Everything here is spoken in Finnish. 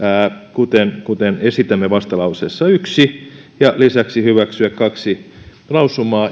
kuten kuten esitämme vastalauseessa yksi ja lisäksi hyväksyä kaksi lausumaa